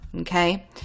Okay